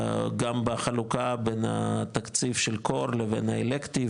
גם בחלוקה של התקציב של קור לבין אלקטיב,